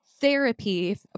therapy